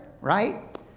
right